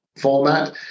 format